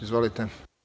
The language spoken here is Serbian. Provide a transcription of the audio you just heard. Izvolite.